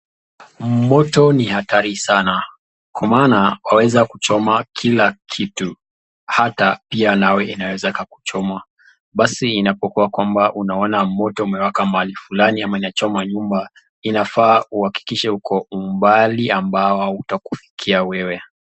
Moto ni hatari sana kwa maana waweza kuchoma kila kitu ata pia nawe inaeza ikakuchoma. Basi inapokuwa kwamba unaona moto umewaka mahali fulani ama inachoma nyumba inafaa uhakikishe uko umbali ambao hautakufikia wewe.